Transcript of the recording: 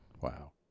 Wow